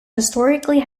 historically